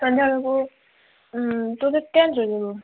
ସନ୍ଧ୍ୟାବେଳକୁ ତୁ କ'ଣ ଟ୍ରେନ୍ରେ ଯିବୁ